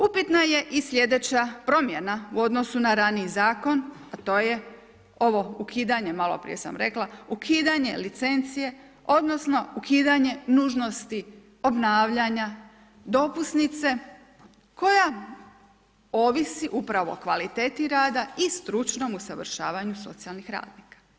Upitno je i slijedeća promjena u odnosu na raniji zakon a to je ovo ukidanje, maloprije sam rekla, ukidanje licencije odnosno ukidanje nužnosti obnavljanja dopusnice koja ovisi upravo o kvaliteti rada i stručnom usavršavanju socijalnih radnika.